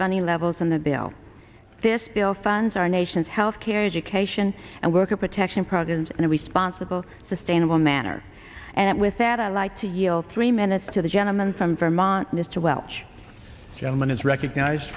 funny levels in the bill this bill funds our nation's health care education and worker protection programs in a responsible sustainable manner and with that i'd like to yield three minutes to the gentleman from vermont mr welch gentleman is recognized